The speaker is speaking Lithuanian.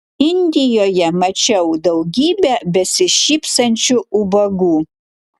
indijoje mačiau daugybę besišypsančių ubagų